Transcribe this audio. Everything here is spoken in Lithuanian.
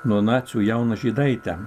nuo nacių jauną žydaitę